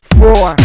four